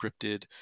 scripted